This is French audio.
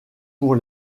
pour